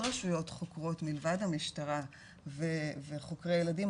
רשויות חוקרות מלבד המשטרה וחוקרי ילדים,